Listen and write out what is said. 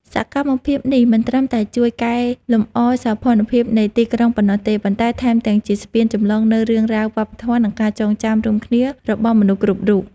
សកម្មភាពនេះមិនត្រឹមតែជួយកែលម្អសោភ័ណភាពនៃទីក្រុងប៉ុណ្ណោះទេ ប៉ុន្តែថែមទាំងជាស្ពានចម្លងនូវរឿងរ៉ាវ វប្បធម៌ និងការចងចាំរួមគ្នារបស់មនុស្សគ្រប់រូប។